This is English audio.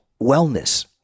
wellness